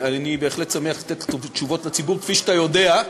אני בהחלט שמח לתת תשובות לציבור, כפי שאתה יודע,